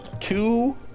two